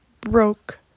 broke